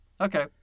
Okay